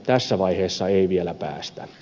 tässä vaiheessa ei vielä päästä